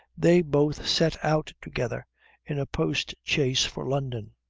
they both set out together in a post-chaise for london.